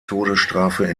todesstrafe